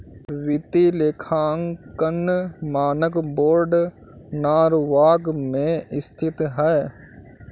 वित्तीय लेखांकन मानक बोर्ड नॉरवॉक में स्थित है